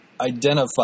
identify